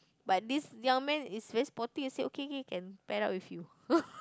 but this young man is very supportive he say okay okay can pair up with you